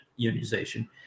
unionization